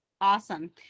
awesome